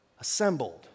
assembled